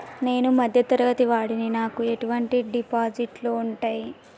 నేను మధ్య తరగతి వాడిని నాకు ఎటువంటి డిపాజిట్లు ఉంటయ్?